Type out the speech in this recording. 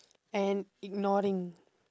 and ignoring